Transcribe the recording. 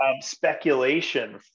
speculation